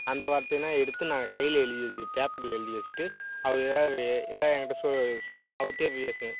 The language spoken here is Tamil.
அந்த வார்த்தையெலாம் எடுத்து நான் கையில் எழுதி வச் பேப்பரில் எழுதி வச்சுக்கிட்டு அவரு ஏதாவது ஏதாவது என் கிட்டே சொல் நான் அவர்ட்டயே பேசுவேன்